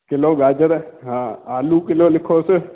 kilo गजर हा आलू किलो लिखोसि